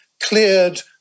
cleared